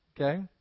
okay